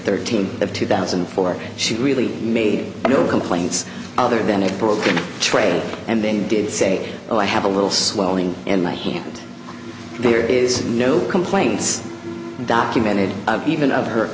thirteenth of two thousand and four she really made no complaints other than a broken tray and then did say oh i have a little swelling in my hand there is no complaints documented even of her